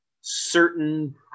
certain